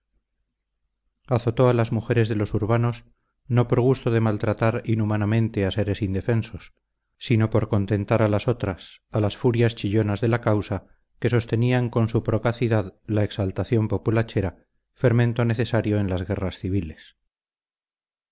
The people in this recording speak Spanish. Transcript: azotó a las mujeres de los urbanos no por gusto de maltratar inhumanamente a seres indefensos sino por contentar a las otras a las furias chillonas de la causa que sostenían con su procacidad la exaltación populachera fermento necesario en las guerras civiles